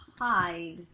hide